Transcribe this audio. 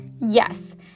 Yes